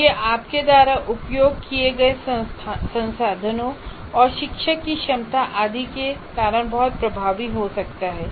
और यह आपके द्वारा उपयोग किए गए संसाधनों और शिक्षक की क्षमता आदि के कारण बहुत प्रभावी हो सकता है